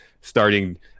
starting